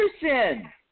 Anderson